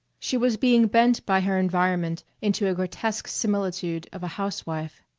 she was being bent by her environment into a grotesque similitude of a housewife.